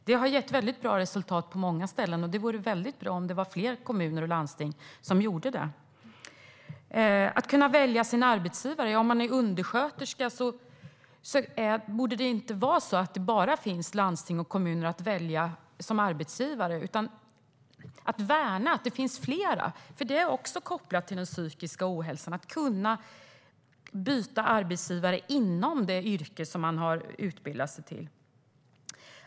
Det har gett mycket bra resultat på många ställen, och det vore bra om fler kommuner och landsting gjorde det. Det borde inte vara så att man kan välja bara landsting och kommuner som arbetsgivare. Man borde värna att det finns fler. Det är också kopplat till den psykiska ohälsan huruvida man kan byta arbetsgivare inom det yrke som man har utbildat sig till.